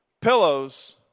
Pillows